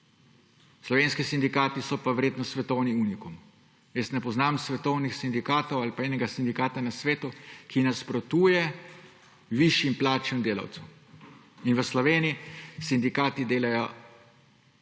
Slovenski sindikati so pa verjetno svetovni unikum. Jaz ne poznam svetovnih sindikatov ali pa enega sindikata na svetu, ki nasprotuje višjim plačam delavcev. V Sloveniji sindikati delajo